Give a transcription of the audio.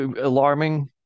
alarming